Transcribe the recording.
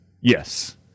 Yes